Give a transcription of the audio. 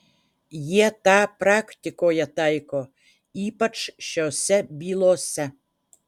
jie tą praktikoje taiko ypač šiose bylose